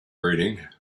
reading